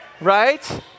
Right